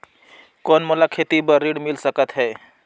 कौन मोला खेती बर ऋण मिल सकत है?